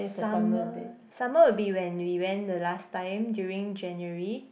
summer summer would be when we went the last time during January